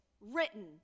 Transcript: written